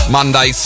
Monday